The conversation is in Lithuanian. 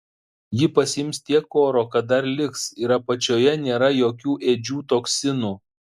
ji pasiims tiek oro kad dar liks ir apačioje nėra jokių ėdžių toksinų